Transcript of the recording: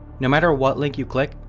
no matter what link you click,